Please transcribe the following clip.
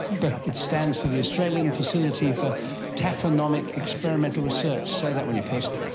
but it stands for the australian facility for taphonomic experimental research say that when you're pissed,